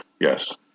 Yes